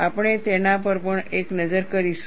આપણે તેના પર પણ એક નજર કરીશું